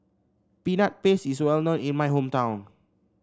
Peanut Paste is well known in my hometown